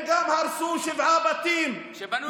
הם גם הרסו שבעה בתים, שבנו לא כחוק.